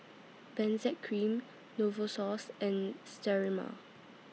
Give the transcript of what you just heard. Benzac Cream Novosource and Sterimar